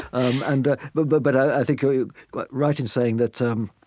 um and but but but i think you're you're quite right in saying that um